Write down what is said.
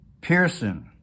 Pearson